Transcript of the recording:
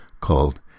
called